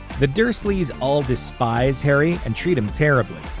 the dursleys all despise harry and treat him terribly,